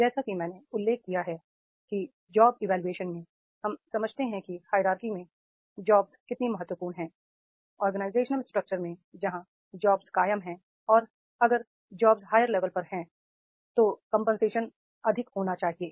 जैसा कि मैंने उल्लेख किया है कि जॉब्स इवोल्यूशन में हम समझते हैं कि हीरआर्की में जॉब्स कितनी महत्वपूर्ण है ऑर्गेनाइजेशनल स्ट्रक्चर में जहां जॉब्स कायम है और अगर जॉब्स हायर लेवल पर है तो कंपनसेशन अधिक होना चाहिए